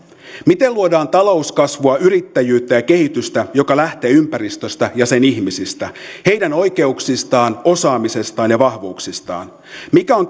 miten luodaan talouskasvua yrittäjyyttä ja kehitystä joka lähtee ympäristöstä ja sen ihmisistä heidän oikeuksistaan osaamisestaan ja vahvuuksistaan mikä on